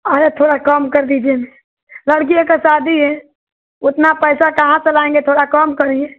अरे थोड़ा कम कर दीजिए लड़कीए का शादी उतना पैसा कहाँ से लाएँगे थोड़ा कम करिए